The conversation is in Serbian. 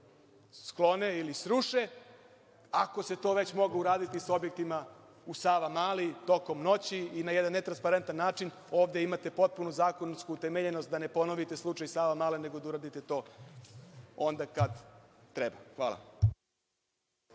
sklone ili sruše. Ako se to već moglo uraditi sa objektima u Savamali tokom noći i na jedan netransparentan način, ovde imate potpunu zakonsku utemeljenost, da ne ponovite slučaj Savamale, nego da uradite to onda kada treba. Hvala.